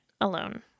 alone